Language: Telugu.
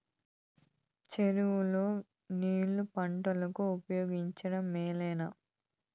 చెరువు లో నీళ్లు పంటలకు ఉపయోగించడం మేలేనా?